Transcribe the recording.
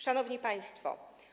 Szanowni Państwo!